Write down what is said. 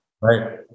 Right